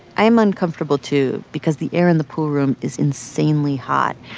i am uncomfortable, too, because the air in the pool room is insanely hot.